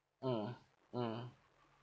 mm mm